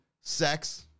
sex